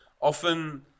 often